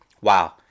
Wow